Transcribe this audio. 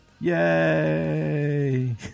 Yay